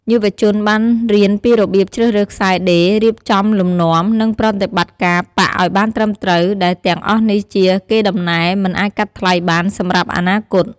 យុវជនបានរៀនពីរបៀបជ្រើសរើសខ្សែដេរ រៀបចំលំនាំ និងប្រតិបត្តិការប៉ាក់ឱ្យបានត្រឹមត្រូវ ដែលទាំងអស់នេះជា កេរដំណែលមិនអាចកាត់ថ្លៃបាន សម្រាប់អនាគត។